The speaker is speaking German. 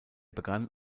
begann